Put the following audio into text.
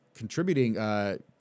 contributing